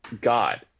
God